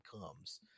comes